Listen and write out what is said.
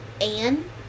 Anne